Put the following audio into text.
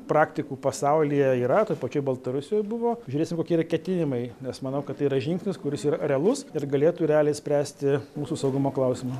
praktikų pasaulyje yra toj pačioj baltarusijoj buvo žiūrėsim kokie yra ketinimai nes manau kad tai yra žingsnis kuris yra realus ir galėtų realiai spręsti mūsų saugumo klausimą